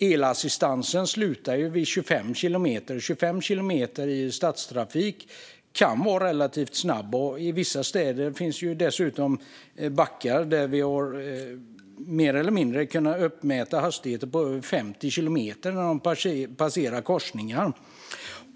Elassistansen upphör vid 25 kilometer i timmen, men 25 kilometer i timmen kan vara relativt snabbt, och i vissa städer finns dessutom backar där vi har kunnat uppmäta hastigheter på över 50 kilometer i timmen när de passerar korsningar.